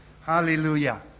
Hallelujah